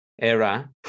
era